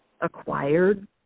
acquired